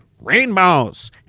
Rainbows